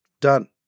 done